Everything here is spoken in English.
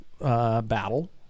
battle